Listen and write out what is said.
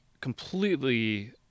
completely